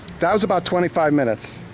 that was about twenty five minutes.